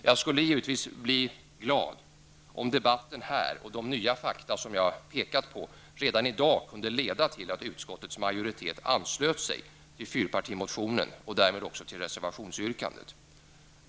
Jag skulle givetvis bli glad om debatten här och de nya fakta jag pekat på redan i dag kunde leda till att utskottets majoritet anslöt sig till fyrpartimotionen och därmed till reservationsyrkandet.